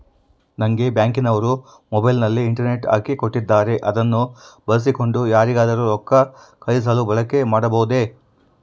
ನಂಗೆ ಬ್ಯಾಂಕಿನವರು ಮೊಬೈಲಿನಲ್ಲಿ ಇಂಟರ್ನೆಟ್ ಹಾಕಿ ಕೊಟ್ಟಿದ್ದಾರೆ ಅದನ್ನು ಬಳಸಿಕೊಂಡು ಯಾರಿಗಾದರೂ ರೊಕ್ಕ ಕಳುಹಿಸಲು ಬಳಕೆ ಮಾಡಬಹುದೇ?